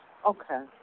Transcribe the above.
Okay